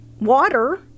water